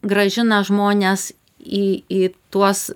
grąžina žmones į į tuos